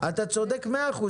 צודק ב-100%,